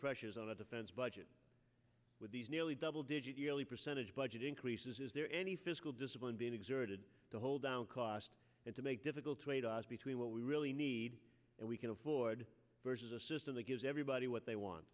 pressures on our defense budget with these nearly double digit yearly percentage budget increases is there any fiscal discipline being exerted to hold down costs and to make difficult to aid us between what we really need and we can afford versus a system that gives everybody what they want